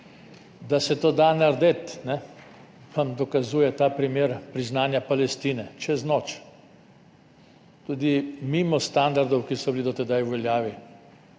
Da se to da narediti, vam dokazuje ta primer priznanja Palestine čez noč, tudi mimo standardov, ki so bili do sedaj v veljavi,